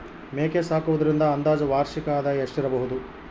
ಮೇಕೆ ಸಾಕುವುದರಿಂದ ಅಂದಾಜು ವಾರ್ಷಿಕ ಆದಾಯ ಎಷ್ಟಿರಬಹುದು?